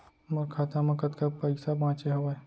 मोर खाता मा कतका पइसा बांचे हवय?